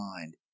mind